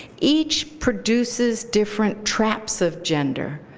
each produces different traps of gender,